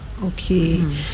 Okay